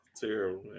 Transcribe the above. terrible